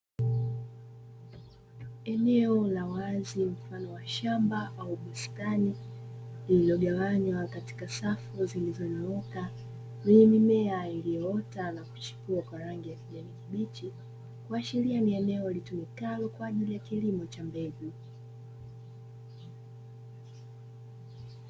Eneo la wazi mfano wa shamba au bustani lililogawanywa katika safu zilizonyooka, ni mimea iliyoota na kuchipua kwa rangi ya kijani kibichi kuashiria ni eneo, litumikalo kwa ajili ya kilimo cha mbegu.